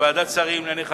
לוועדת השרים לענייני חקיקה,